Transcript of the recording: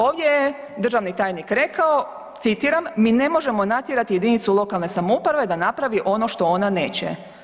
Ovdje je državni tajnik rekao, citiram „Mi ne možemo natjerati jedinicu lokalne samouprave da napravi ono što ona neće“